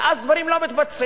ואז דברים לא מתבצעים.